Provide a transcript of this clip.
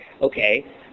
okay